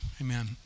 Amen